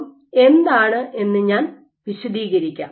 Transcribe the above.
TFM എന്താണ് എന്ന് ഞാൻ വിശദീകരിക്കാം